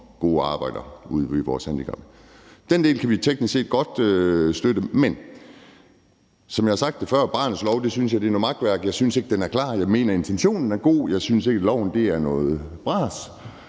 medarbejdere gør ude ved vores handicappede. Den del kan vi teknisk set godt støtte. Men som jeg har sagt før, synes jeg, at barnets lov er noget makværk. Jeg synes ikke, den er klar. Jeg mener, at intentionen er god. Jeg synes, at loven er noget bras,